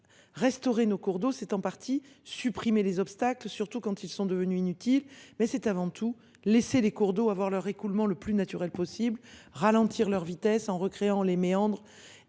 Restaurer nos cours d’eau suppose de supprimer les obstacles, surtout quand ils sont devenus inutiles, mais aussi et avant tout, de laisser les cours d’eau s’écouler le plus naturellement possible, de ralentir leur vitesse en recréant les méandres